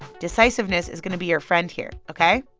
decisiveness is going to be your friend here, ok?